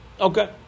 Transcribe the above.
Okay